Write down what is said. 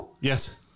Yes